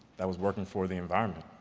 that was working for the environment.